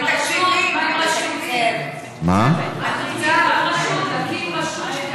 אורלי לוי אבקסיס: ותקציבים, תקציבים.